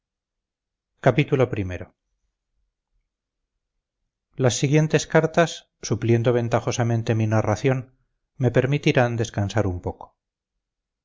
edición de las siguientes cartas supliendo ventajosamente mi narración me permitirán descansar un poco